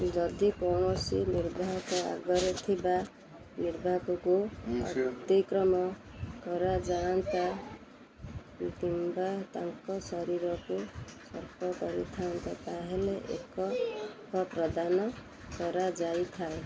ଯଦି କୌଣସି ଆଗରେ ଥିବା କୁ ଅତିକ୍ରମ କରାଯାଆନ୍ତା କିମ୍ବା ତାଙ୍କ ଶରୀରକୁ ସ୍ପର୍ଶ କରିଥାନ୍ତା ତା'ହେଲେ ଏକ ପ୍ରଦାନ କରାଯାଇଥାଏ